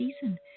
season